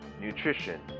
nutrition